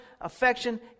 affection